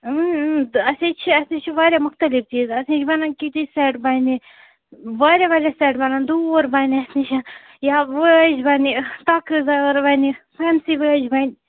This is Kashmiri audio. اۭں اۭں تہٕ اَسے چھِ اَسے چھِ واریاہ مُختلِف چیٖز اَسہِ نِش بَنَن کِٹی سٮ۪ٹ بَنہِ واریاہ واریاہ سٮ۪ٹ بَنَن دوٗر بَنہِ اَسہِ نِشن یا وٲج بَنہِ ٹۄکہٕ بَنہِ فٮ۪نسی وٲج بَنہِ